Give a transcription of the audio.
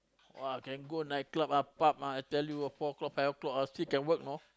!wah! can go nightclub ah pub ah I tell you four o-clock five o-clock still can work know